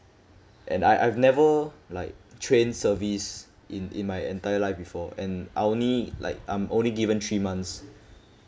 and I I've never like train service in in my entire life before and I only like I'm only given three months